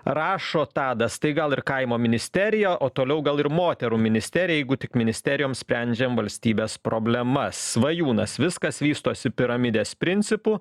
rašo tadas tai gal ir kaimo ministerija o toliau gal ir moterų ministerija jeigu tik ministerijom sprendžiam valstybės problemas svajūnas viskas vystosi piramidės principu